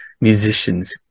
musicians